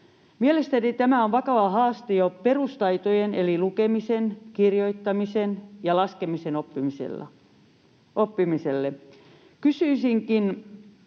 Mielestäni tämä on vakava haaste jo perustaitojen eli lukemisen, kirjoittamisen ja laskemisen oppimiselle.